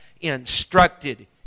instructed